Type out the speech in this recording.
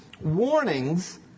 warnings